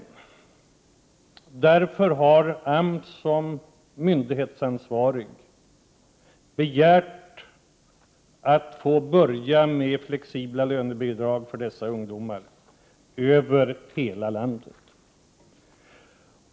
Därför har AMS som ansvarig myndighet begärt att få börja med flexibla lönebidrag för sådana ungdomar över hela landet.